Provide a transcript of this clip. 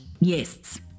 Yes